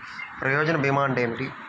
ప్రయోజన భీమా అంటే ఏమిటి?